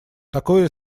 такое